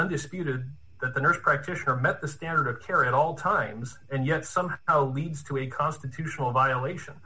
undisputed that the nurse practitioner met the standard of care at all times and yet somehow leads to a constitutional violation